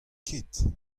ket